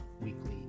Weekly